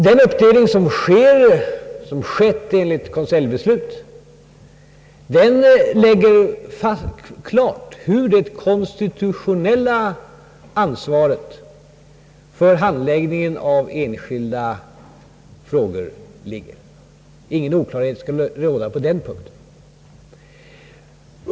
Den uppdelning som skett enligt konseljbeslut klargör hur det konstitutionella ansvaret för handläggningen av enskilda frågor ligger; ingen oklarhet behöver råda på den punkten.